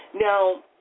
Now